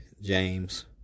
James